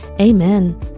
amen